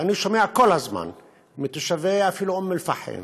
ואני שומע כל הזמן מתושבי אום-אלפחם